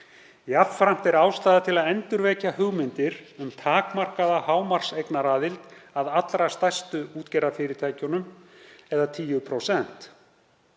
Jafnframt er ástæða til að endurvekja hugmyndir um takmarkaða hámarkseignaraðild að allra stærstu útgerðarfyrirtækjunum eða 10%.